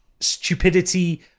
stupidity